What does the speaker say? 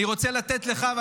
זה מה שמעניין אותך, רק מזרקות?